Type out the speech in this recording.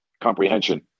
comprehension